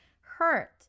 hurt